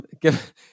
Give